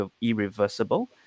irreversible